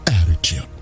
attitude